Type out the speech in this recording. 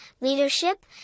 leadership